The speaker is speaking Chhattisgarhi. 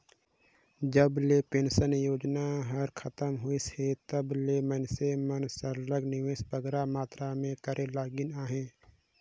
जब ले पेंसन योजना हर खतम होइस हे तब ले मइनसे मन सरलग निवेस बगरा मातरा में करे लगिन अहे